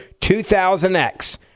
2000X